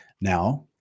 Now